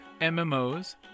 MMOs